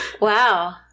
Wow